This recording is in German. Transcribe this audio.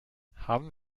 haben